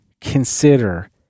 consider